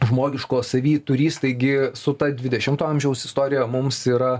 žmogiško savy turįs taigi su ta dvidešimto amžiaus istorija mums yra